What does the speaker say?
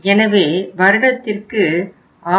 எனவே வருடத்திற்கு 6